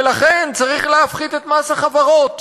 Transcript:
ולכן צריך להפחית את מס החברות,